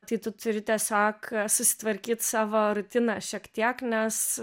tai turi tiesiog susitvarkyt savo rutiną šiek tiek nes